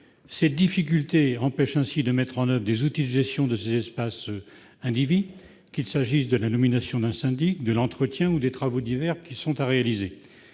Cette difficulté empêche de mettre en oeuvre des outils de gestion de ces espaces indivis, qu'il s'agisse de la nomination d'un syndic, de l'entretien et des travaux divers qui sont à réaliser.